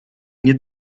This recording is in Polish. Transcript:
nie